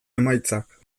emaitzak